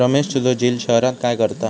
रमेश तुझो झिल शहरात काय करता?